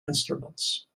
instruments